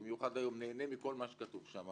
אני נהנה מכל מה שכתוב שם